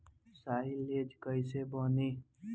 Silage कईसे बनी?